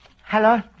Hello